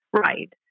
Right